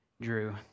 Drew